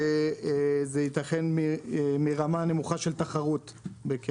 שייתכן שזה מרמה נמוכה של תחרות.